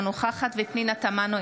אינה נוכחת פנינה תמנו,